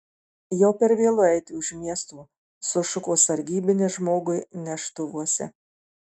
jau per vėlu eiti už miesto sušuko sargybinis žmogui neštuvuose